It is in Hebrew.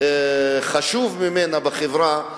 חשוב ממנה בחברה,